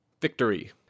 Victory